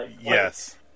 yes